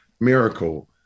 miracle